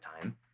time